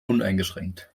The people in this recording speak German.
uneingeschränkt